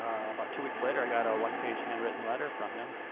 um about two weeks later i got a one-page handwritten letter from him,